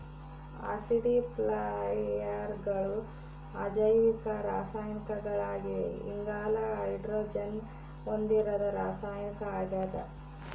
ಆಸಿಡಿಫೈಯರ್ಗಳು ಅಜೈವಿಕ ರಾಸಾಯನಿಕಗಳಾಗಿವೆ ಇಂಗಾಲ ಹೈಡ್ರೋಜನ್ ಹೊಂದಿರದ ರಾಸಾಯನಿಕ ಆಗ್ಯದ